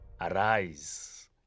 arise